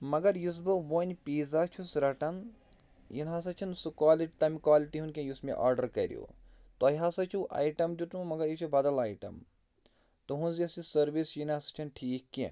مگر یُس بہٕ وۄنۍ پیٖزا چھُس رَٹان یہِ نَہ سا چھُنہٕ سُہ کوٛالٹی تَمہِ کوٛالٹی ہُنٛد کیٚنٛہہ یُس مےٚ آرڈَر کریٛو تۄہہِ ہَسا چھُو آیٹم دیٛتمُت مگر یہِ چھُ بَدل آیٹم تُہنٛز یۄس یہِ سٔروِس یہِ نَہ سا چھَنہٕ ٹھیٖک کیٚنٛہہ